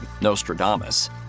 Nostradamus